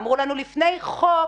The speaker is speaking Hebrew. אמרו לנו שלפני חוק